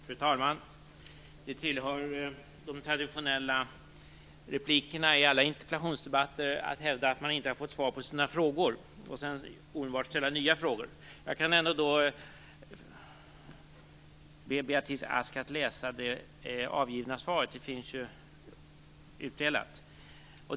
Fru talman! Det tillhör de traditionella replikerna i alla interpellationsdebatter att man hävdar att man inte har fått svar på sina frågor - och sedan omedelbart ställer nya frågor. Jag kan ändå be Beatrice Ask att läsa det avgivna svaret. Det finns ju utdelat.